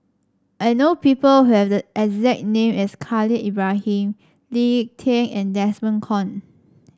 I know people who have the exact name as Khalil Ibrahim Lee Tieng and Desmond Kon